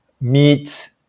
meet